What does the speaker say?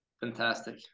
fantastic